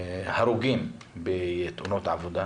בהרוגים בתאונות עבודה